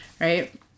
right